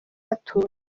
atuye